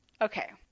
okay